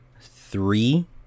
three